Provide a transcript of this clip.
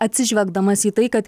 atsižvelgdamas į tai kad